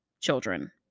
children